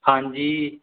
ਹਾਂਜੀ